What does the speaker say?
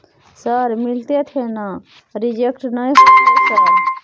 Sir मिलते थे ना रिजेक्ट नय होतय सर?